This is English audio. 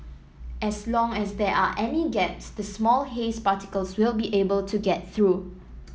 as long as there are any gaps the small haze particles will be able to get through